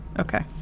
Okay